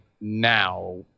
now